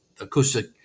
acoustic